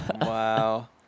Wow